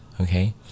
okay